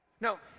No